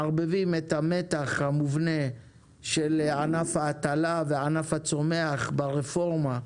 מערבבים את המתח המובנה של ענף ההטלה וענף הצומח ברפורמה,